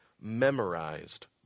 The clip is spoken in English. memorized